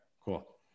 cool